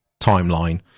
timeline